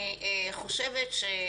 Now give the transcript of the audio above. אני רוצה,